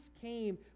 came